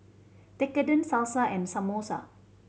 Tekkadon Salsa and Samosa